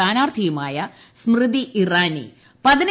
സ്ഥാനാർത്ഥിയുമായ സ്മൃതി ഇറാനി പറഞ്ഞു